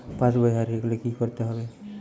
পাশবই হারিয়ে গেলে কি করতে হবে?